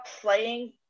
playing